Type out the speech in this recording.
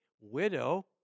widow